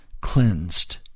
cleansed